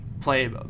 play